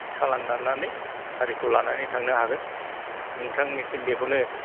सालान दाननानै गारिखौ लानानै थांनो हागोन नोंथांनिसिम बेखौनो